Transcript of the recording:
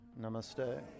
namaste